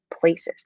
places